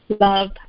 love